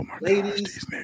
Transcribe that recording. Ladies